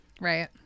right